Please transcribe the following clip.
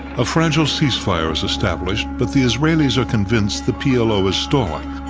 a fragile cease-fire is established but the israelis are convinced the p l o. is stalling,